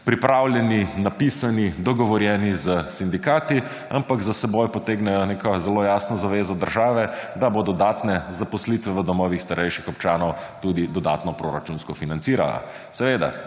pripravljeni, napisani, dogovorjeni s sindikati, ampak za seboj potegnejo neko zelo jasno zavezo države, da bo dodatne zaposlitve v domovih starejših občanov tudi dodatno proračunsko financirala. Seveda,